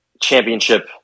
championship